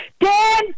Dan